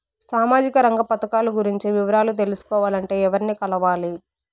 సామాజిక రంగ పథకాలు గురించి వివరాలు తెలుసుకోవాలంటే ఎవర్ని కలవాలి?